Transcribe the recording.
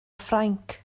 ffrainc